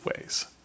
ways